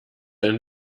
ein